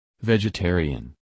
Vegetarian